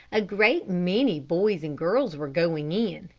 a great many boys and girls were going in,